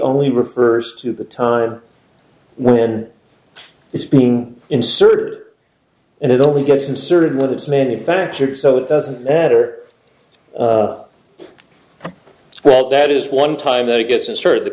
only refers to the time when it's being insert and it only gets inserted what it's manufactured so it doesn't matter well that is one time that it gets inserted the